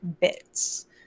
bits